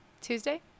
Tuesday